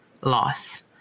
loss